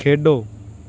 ਖੇਡੋ